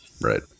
Right